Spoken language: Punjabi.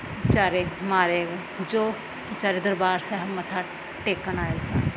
ਵਿਚਾਰੇ ਮਾਰੇ ਗਏ ਜੋ ਵਿਚਾਰੇ ਦਰਬਾਰ ਸਾਹਿਬ ਮੱਥਾ ਟੇਕਣ ਆਏ ਸਨ